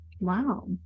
Wow